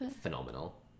phenomenal